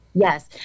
Yes